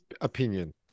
opinion